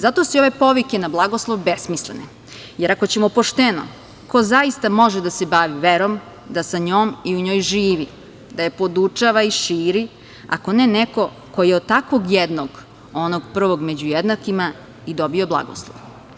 Zato su i ove povike na blagoslov besmislene, jer ako ćemo pošteno, ko zaista može da se bavi verom, da sa njom i u njoj živi, da je podučava i širi, ako ne neko ko je od takvog jednog onog prvog među jednakima i dobio blagoslov.